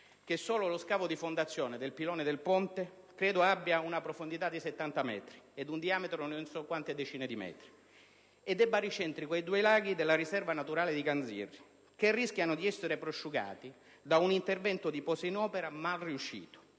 che solo lo scavo di fondazione del pilone del Ponte credo abbia una profondità di circa 70 metri ed un diametro di non so quante decine di metri, ed è baricentrico ai due laghi della riserva naturale di Ganzirri che rischiano di essere prosciugati da un intervento di posa in opera mal riuscito.